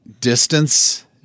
distance